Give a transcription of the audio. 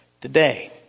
today